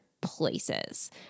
places